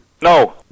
No